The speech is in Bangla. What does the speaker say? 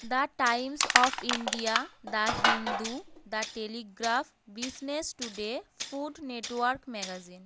the Times of India the Hindu the Telegraph Business Today Food Network magazine